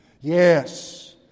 Yes